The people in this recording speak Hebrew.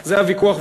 זה הוויכוח,